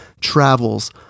Travels